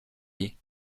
pays